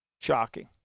Shocking